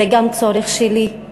זה גם צורך שלי.